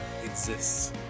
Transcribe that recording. exists